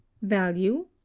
value